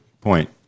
point